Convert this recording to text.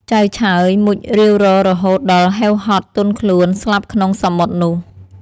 ចៅឆើយមុជរាវរករហូតដល់ហេវហត់ទន់ខ្លួនស្លាប់ក្នុងសមុទ្រនោះ ។